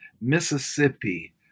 Mississippi